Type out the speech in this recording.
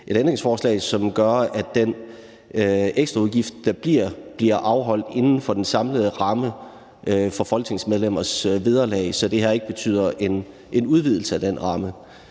et ændringsforslag, som gør, at den ekstraudgift, der bliver, bliver afholdt inden for den samlede ramme for folketingsmedlemmers vederlag, så det her ikke betyder en udvidelse af den ramme.